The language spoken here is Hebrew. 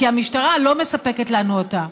כי המשטרה לא מספקת לנו אותה.